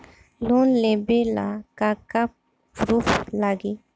Loan लेबे ला का का पुरुफ लागि?